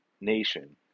nation